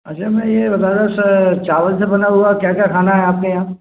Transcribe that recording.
अच्छा मे ये बताना था चावल से बना हुआ क्या क्या खाना है आपके यहाँ